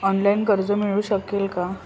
Online कर्ज मिळू शकेल का?